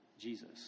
Jesus